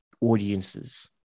audiences